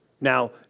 Now